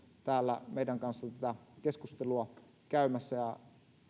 täällä meidän kanssamme tätä keskustelua käymässä ja